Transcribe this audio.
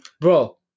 Bro